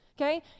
okay